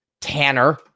Tanner